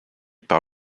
par